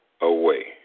away